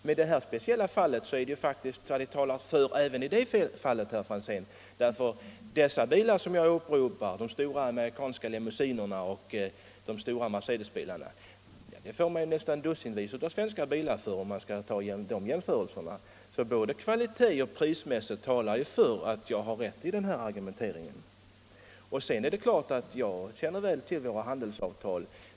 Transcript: Men i detta speciella fall talar även priset för svenska produkter. De bilar som jag åberopar — de stora amerikanska limousinerna och de tyska mercedesbilarna — kostar lika mycket som man ger för dussintals svenska bilar. Både kvalitet och pris talar för att jag har rätt i min argumentation. Jag känner väl till våra handelsavtal.